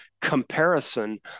comparison